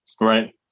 Right